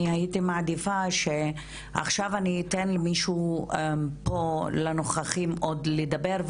אני הייתי מעדיפה שעכשיו אני אתן למישהו פה לנוכחים עוד לדבר,